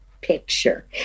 picture